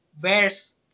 Bears